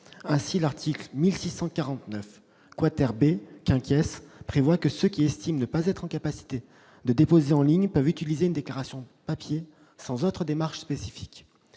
Ainsi, l'article 1649 B du code général des impôts prévoit que ceux qui estiment ne pas être en capacité de déclarer en ligne peuvent utiliser une déclaration papier, sans autre démarche spécifique.